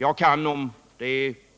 Jag kan om